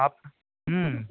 হুম